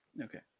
Okay